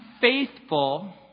faithful